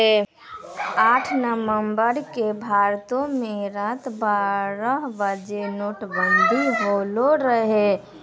आठ नवम्बर के भारतो मे रात बारह बजे नोटबंदी होलो रहै